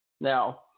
Now